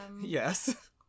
Yes